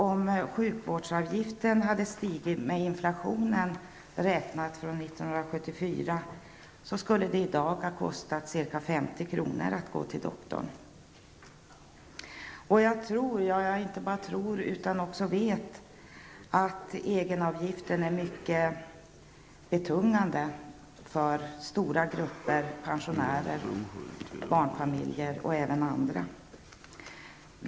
Om sjukvårdsavgiften hade stigit med inflationen räknat från 1974, skulle det i dag kosta ca 50 kr. att gå till doktorn. Jag tror -- ja, jag inte bara tror utan jag vet också -- att egenavgifterna är mycket betungande för stora grupper pensionärer, barnfamiljer och även andra.